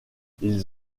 ils